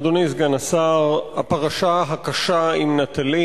אדוני סגן השר, הפרשה הקשה עם "נטלי"